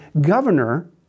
governor